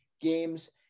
games